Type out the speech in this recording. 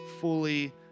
fully